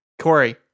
Corey